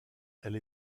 elle